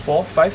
four five